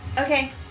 Okay